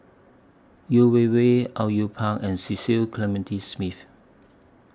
Yeo Wei Wei Au Yue Pak and Cecil Clementi Smith